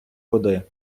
води